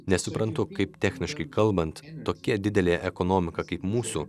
nesuprantu kaip techniškai kalbant tokia didelė ekonomika kaip mūsų